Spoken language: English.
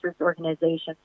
organizations